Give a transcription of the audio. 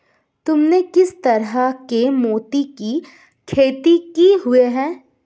तुमने किस तरह के मोती की खेती की हुई है?